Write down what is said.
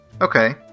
Okay